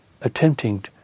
attempting